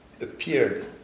appeared